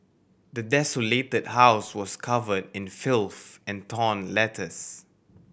the desolated house was covered in filth and torn letters